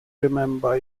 remember